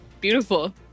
beautiful